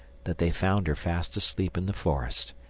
that they found her fast asleep in the forest,